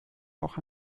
auch